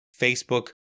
Facebook